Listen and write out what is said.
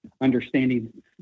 understanding